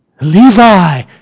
Levi